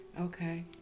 Okay